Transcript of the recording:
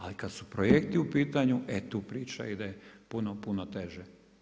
Ali kada su projekti u pitanju, e tu priča ide puno, puno teže.